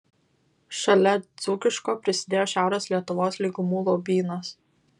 šalia dzūkiško prisidėjo šiaurės lietuvos lygumų lobynas